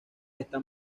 está